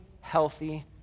healthy